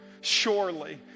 surely